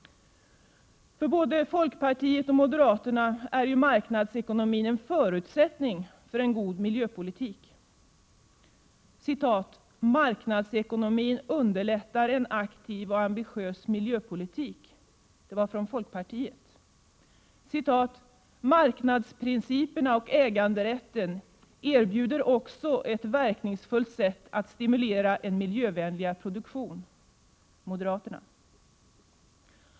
För både folkpartiet och moderaterna är ju marknadsekonomin en förutsättning för en god miljöpolitik: ”marknadsekonomin underlättar en aktiv och ambitiös miljöpolitik”, anser folkpartiet, ”marknadsprinciperna och äganderätten erbjuder också ett verkningsfullt sätt att stimulera en miljövänligare produktion”, anser moderaterna.